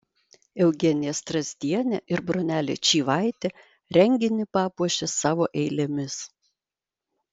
eugenija strazdienė ir bronelė čyvaitė renginį papuošė savo eilėmis